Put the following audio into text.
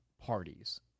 parties